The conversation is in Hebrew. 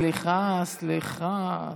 סליחה, סליחה.